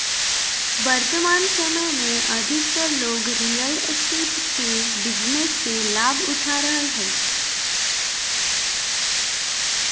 वर्तमान समय में अधिकतर लोग रियल एस्टेट के बिजनेस से लाभ उठा रहलय हइ